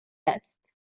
است